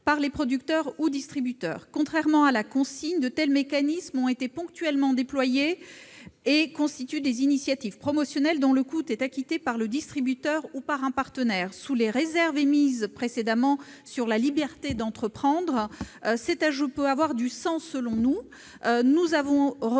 par les producteurs ou distributeurs. Contrairement à la consigne, de tels mécanismes ont été ponctuellement déployés et constituent des initiatives promotionnelles dont le coût est acquitté par le distributeur ou par un partenaire. Sous les réserves émises précédemment s'agissant de la liberté d'entreprendre, cet ajout peut, selon nous,